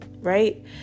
right